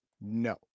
no